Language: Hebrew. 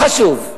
לא חשוב.